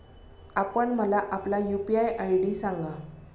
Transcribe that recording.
आपण मला आपला यू.पी.आय आय.डी सांगा